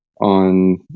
on